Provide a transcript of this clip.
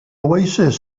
oasis